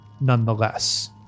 nonetheless